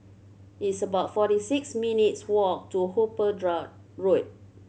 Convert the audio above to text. it's about forty six minutes' walk to Hooper Road